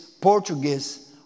Portuguese